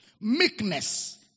meekness